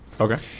okay